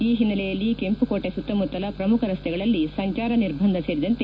ಈ ಹಿನ್ನೆಲೆಯಲ್ಲಿ ಕೆಂಪುಕೋಟೆ ಸುತ್ತಮುತ್ತಲ ಪ್ರಮುಖ ರಸ್ತೆಗಳಲ್ಲಿ ಸಂಚಾರ ನಿರ್ಬಂಧ ಸೇರಿದಂತೆ